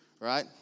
right